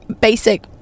basic